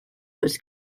was